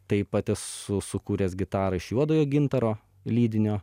taip pat esu sukūręs gitarą iš juodojo gintaro lydinio